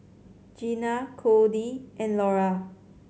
Gena Codey and Lora